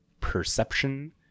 Perception